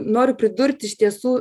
noriu pridurt iš tiesų